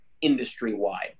industry-wide